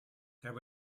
there